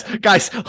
guys